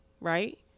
Right